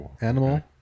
animal